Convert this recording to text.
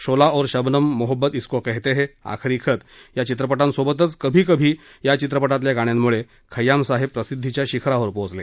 शोला और शबनम मोहब्बत इसको कहते है आखरी खत या चित्रपटांसोबतच कभी कभी या चित्रपटातल्या गाण्यांमुळे खय्यामसाहेब प्रसिद्धीच्या शिखरावर पोहोचले